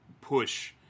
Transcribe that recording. push